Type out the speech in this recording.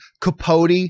Capote